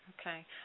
Okay